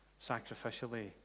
sacrificially